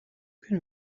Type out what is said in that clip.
can